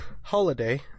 holiday